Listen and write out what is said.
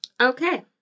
Okay